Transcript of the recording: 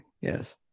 Yes